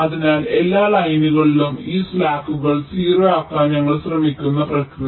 അതിനാൽ എല്ലാ ലൈനുകളിലും ഈ സ്ലാക്കുകൾ 0 ആക്കാൻ ഞങ്ങൾ ശ്രമിക്കുന്ന പ്രക്രിയ